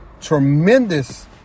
tremendous